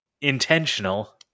intentional